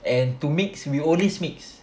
uh to mix we always mix